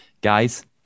Guys